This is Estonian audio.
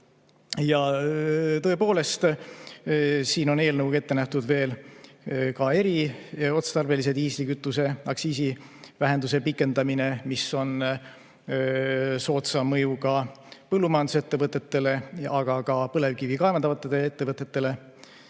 Ja tõepoolest, siin on eelnõuga ette nähtud veel ka eriotstarbelise diislikütuse aktsiisi vähenduse pikendamine, mis on soodsa mõjuga põllumajandusettevõtetele, aga ka põlevkivi kaevandavatele ettevõtetele.